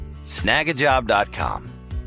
snagajob.com